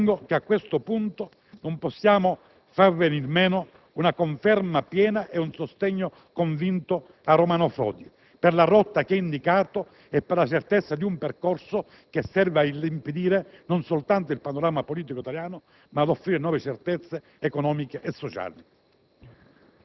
ritengo che a questo punto non possiamo far venire meno una conferma piena e un sostegno convinto a Romano Prodi per la rotta che ha indicato e per la certezza di un percorso che serva non soltanto ad illimpidire il panorama politico italiano, ma anche ad offrire nuove certezze economiche e sociali.